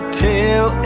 tell